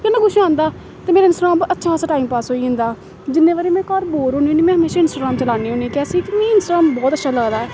किन्ना कुछ आंदा ते मेरा इंस्टाग्राम उप्पर अच्छा टाइम पास होई जंदा जिन्ने बारी में घर बोर होन्नी होन्नी में हमेशां इंस्टाग्राम चलान्नी होन्नी जैसे कि मीं इस्टाग्राम बोह्त अच्छा लगदा ऐ